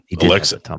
Alexa